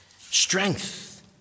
Strength